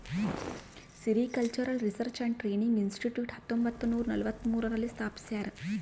sericultural research and training institute ಹತ್ತೊಂಬತ್ತುನೂರ ನಲವತ್ಮೂರು ರಲ್ಲಿ ಸ್ಥಾಪಿಸ್ಯಾರ